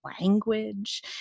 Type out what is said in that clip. language